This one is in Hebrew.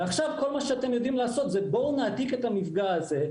ועכשיו כל מה שאתם יודעים לעשות זה בואו נעתיק את המפגע הזה,